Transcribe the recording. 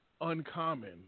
uncommon